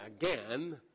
again